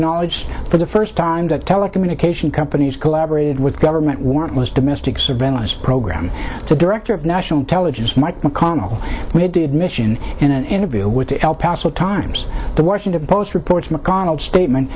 acknowledged for the first time that telecommunication companies collaborated with government warrantless domestic surveillance program the director of national intelligence mike mcconnell did mission in an interview with the el paso times the washington post reports mcdonald's statement